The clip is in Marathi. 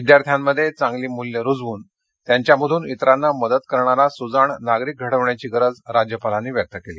विद्यार्थ्यांमध्ये चांगली मृत्यं रूजवन त्यांच्यामधन इतरांना मदत करणारा सुजाण नागरिक घडवण्याची गरज राज्यपालांनी व्यक्त केली